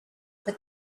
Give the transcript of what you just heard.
but